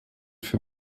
für